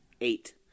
Eight